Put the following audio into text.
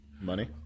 money